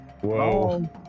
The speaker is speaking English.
Whoa